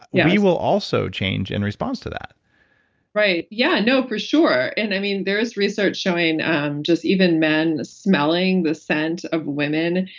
we will also change in response to that right, yeah, no for sure. i mean there is research showing um just even men smelling the scent of women.